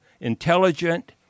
intelligent